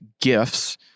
gifts